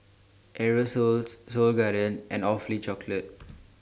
Aerosoles Seoul Garden and Awfully Chocolate